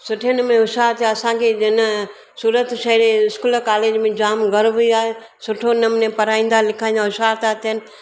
सुठे नमूने होश्यारु थिया आहे असांखे ॼण सूरत शहर जे स्कूल कॉलेज में जाम गर्व बि आहे सुठो नमूने पढ़ाईंदा लिखाईंदा होश्यारु था थियणु